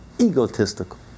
egotistical